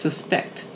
suspect